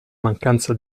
mancanza